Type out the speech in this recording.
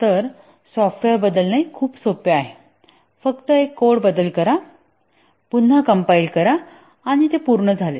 तर सॉफ्टवेअर बदलणे खूप सोपे आहे फक्त एक कोड बदल करा पुन्हा कंपाईल करा आणि ते पूर्ण झाले